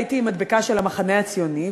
הייתי עם מדבקה של המחנה הציוני,